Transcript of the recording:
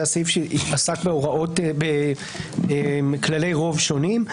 זה הסעיף שעסק בכללי רוב שונים.